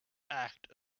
act